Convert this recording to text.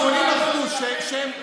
אתם מקיימים דיונים בוועדות שלכם,